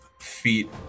Feet